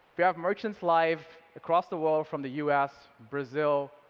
you have merchants live across the world from the u s, brazil,